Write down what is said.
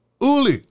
Uli